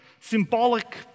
symbolic